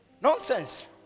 nonsense